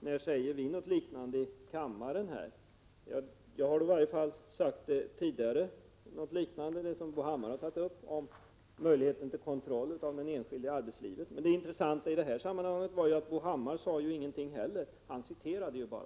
framföra förslagen här i kammaren. Jag har i varje fall tidigare sagt något liknande det som Bo Hammar sade om möjligheterna till kontroll av den enskilde i arbetslivet. Det intressanta i detta sammanhang var att Bo Hammar inte heller sade något — han citerade ju bara.